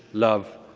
love,